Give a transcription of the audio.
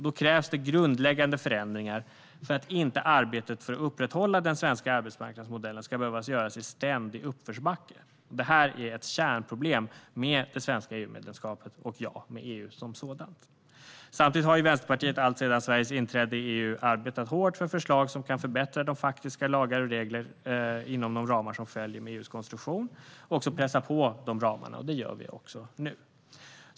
Det krävs grundläggande förändringar för att inte arbetet för att upprätthålla den svenska arbetsmarknadsmodellen ska behöva ske i ständig uppförsbacke. Detta är ett kärnproblem med det svenska EU-medlemskapet och med EU som sådant. Samtidigt har Vänsterpartiet alltsedan Sveriges inträde i EU arbetat hårt för förslag som kan förbättra faktiska lagar och regler inom de ramar som följer med EU:s konstruktion och också pressar på de ramarna. Det gör vi också nu.